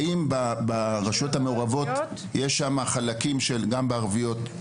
האם ברשויות המעורבות יש שם חלקים --- גם בערביות?